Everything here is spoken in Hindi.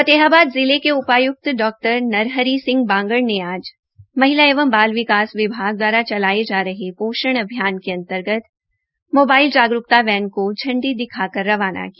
फतेहाबाद जिले के उपाय्क्त डा नरहरि सिंह बांगड़ ने आज महिला एवं बाल विकास विभाग द्वारा चलाये जा रहे पोषण अभियान के अंतर्गत मोबाइल जागरूकता वैन की झंडी दिखाकर रवाना किया